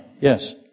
Yes